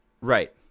Right